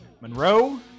Monroe